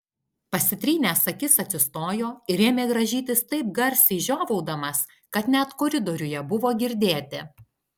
pasitrynęs akis atsistojo ir ėmė rąžytis taip garsiai žiovaudamas kad net koridoriuje buvo girdėti